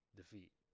defeat